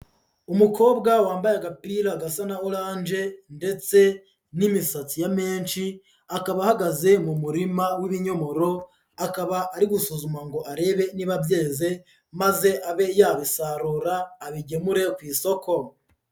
Umukobwa wambaye agapira gasa na oranje ndetse n'imisatsi ya menshi, akaba ahagaze mu murima w'ibinyomoro, akaba ari gusuzuma ngo arebe niba byeze maze abe yabisarura abigemure ku isoko.